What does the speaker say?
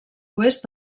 oest